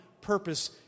purpose